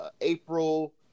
April